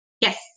Yes